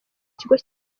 kigo